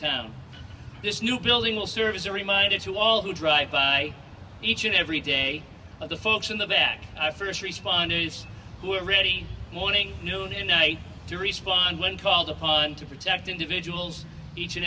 town this new building will serve as a reminder to all who drive by each and every day of the folks in the back i first responders who are ready morning noon and night to respond when called upon to protect individuals each and